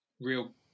real